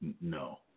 No